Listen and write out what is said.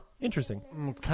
Interesting